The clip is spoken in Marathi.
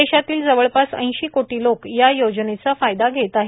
देशातील जवळपास ऐशी कोटी लोक या योजनेचा फायदा घेत आहेत